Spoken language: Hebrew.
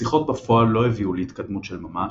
השיחות בפועל לא הביאו להתקדמות של ממש,